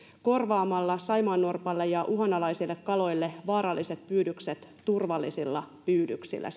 korvaamalla saimaannorpalle ja uhanalaisille kaloille vaaralliset pyydykset turvallisilla pyydyksillä